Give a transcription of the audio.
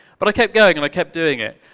but i kept going and i kept doing it.